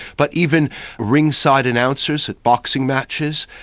but even ringside announcers at boxing matches,